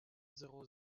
zéro